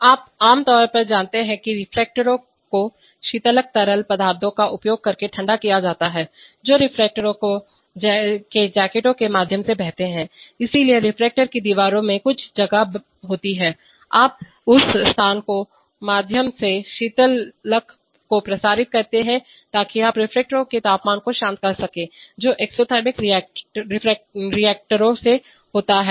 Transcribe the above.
आप आमतौर पर जानते हैं कि रिएक्टरों को शीतलक तरल पदार्थों का उपयोग करके ठंडा किया जाता है जो रिएक्टर के जैकेटों के माध्यम से बहते हैं इसलिए रिएक्टर की दीवार में कुछ जगह होती है और आप उस स्थान के माध्यम से शीतलक को प्रसारित करते हैं ताकि आप रिएक्टर के तापमान को शांत कर सकें जो एक्ज़ोथिर्मिक रिएक्टरों से होता है